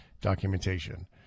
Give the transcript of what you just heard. documentation